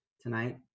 tonight